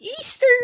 Easter